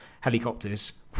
helicopters